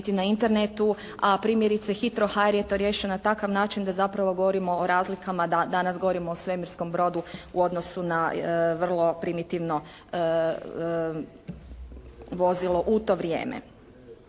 na internetu a primjerice Hitro HR je to riješio na takav način da zapravo govorimo o razlikama. Danas govorimo o svemirskom brodu u odnosu na vrlo primitivno vozilo u to vrijeme.